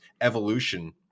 evolution